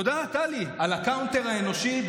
תודה, טלי, על הקאונטר האנושי.